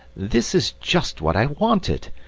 this is just what i wanted!